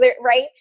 right